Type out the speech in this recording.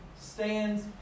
stands